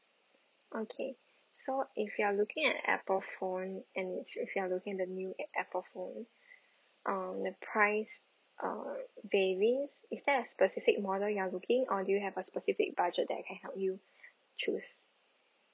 okay so if you're looking at Apple phone and if you're looking at the new Apple phone um the price uh varies is there a specific model you are looking or do you have a specific budget that I can help you choose